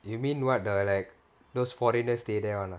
you mean what the like those foreigners stay there [one] ah